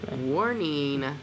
Warning